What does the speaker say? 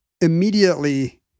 immediately